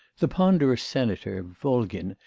the ponderous senator, volgin,